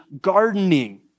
gardening